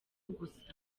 gusa